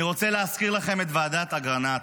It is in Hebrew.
אני רוצה להזכיר לכם את ועדת אגרנט,